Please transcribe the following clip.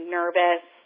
nervous